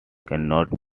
cannot